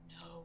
no